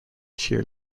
cheer